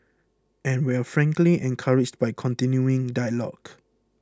and we're frankly encouraged by the continuing dialogue